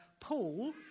Paul